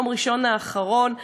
ביום ראשון האחרון.